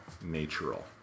natural